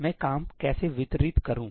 मैं काम कैसे वितरित करूं